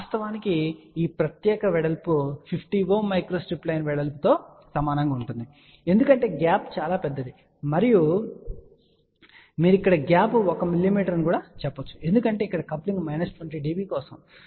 వాస్తవానికి ఈ ప్రత్యేక వెడల్పు 50 ohm మైక్రోస్ట్రిప్ లైన్ వెడల్పుతో సమానంగా ఉంటుంది ఎందుకంటే గ్యాప్ చాలా పెద్దది కాబట్టి మీరు ఇక్కడ గ్యాప్ 1 మిమీ అని చెప్పవచ్చు ఎందుకంటే ఇక్కడ కప్లింగ్ మైనస్ 20 dB కోసం